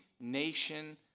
nation